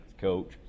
coach